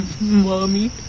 Mommy